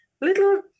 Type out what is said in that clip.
little